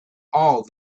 all